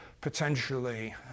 potentially